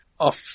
off